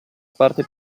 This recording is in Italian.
parte